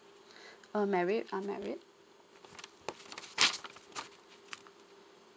uh married I'm married